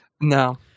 No